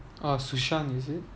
oh sushan is it